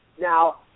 now